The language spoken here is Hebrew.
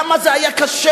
כמה זה היה קשה,